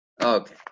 Okay